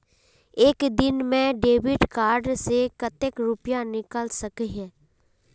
एक दिन में डेबिट कार्ड से कते रुपया निकल सके हिये?